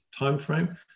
timeframe